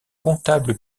comptable